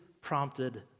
prompted